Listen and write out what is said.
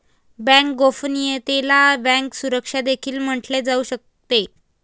bank गोपनीयतेला bank सुरक्षा देखील म्हटले जाऊ शकते